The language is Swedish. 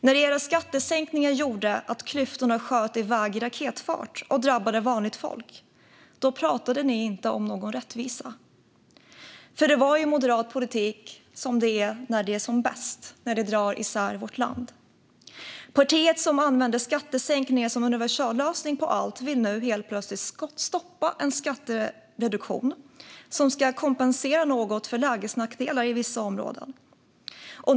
När era skattesänkningar gjorde att klyftorna sköt iväg i raketfart och drabbade vanligt folk talade ni inte om någon rättvisa. För det här var ju moderat politik när den är som bäst, när den drar isär vårt land. Partiet som använde skattesänkningar som universallösning på allt vill nu helt plötsligt stoppa en skattereduktion som ska kompensera något för lägesnackdelar i vissa områden.